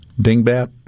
Dingbat